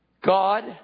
God